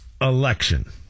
election